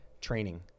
training